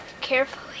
carefully